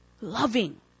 Loving